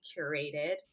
curated